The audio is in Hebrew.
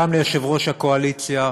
גם ליושב-ראש הקואליציה,